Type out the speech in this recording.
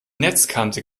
netzkante